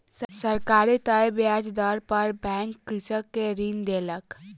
सरकारी तय ब्याज दर पर बैंक कृषक के ऋण देलक